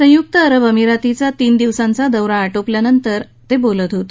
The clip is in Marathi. संयुक्त अरब अभिरातीचा तीन दिवसांचा दौरा आटोपल्यानंतर ते बोलत होते